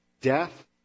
death